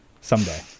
someday